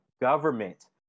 Government